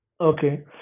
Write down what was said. okay